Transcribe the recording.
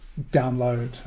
download